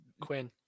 Quinn